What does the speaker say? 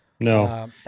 No